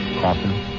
Coffin